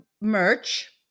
merch